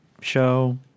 show